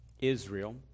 Israel